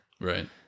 right